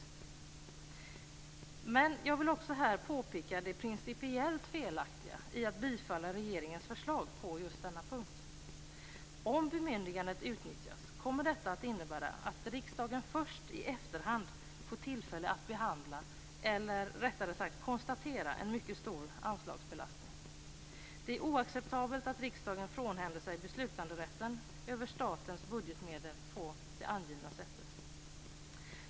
Men jag vill också påpeka det principiellt felaktiga i att bifalla regeringens förslag på just denna punkt. Om bemyndigandet utnyttjas kommer detta att innebära att riksdagen först i efterhand får tillfälle att behandla, eller rättare sagt konstatera, en mycket stor anslagsbelastning. Det är oacceptabelt att riksdagen frånhänder sig beslutanderätten över statens budgetmedel på det angivna sättet.